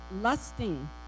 lusting